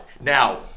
Now